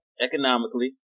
economically